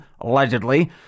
allegedly